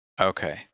Okay